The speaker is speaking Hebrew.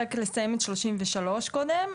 רק לסיים את תיקון 33 קודם,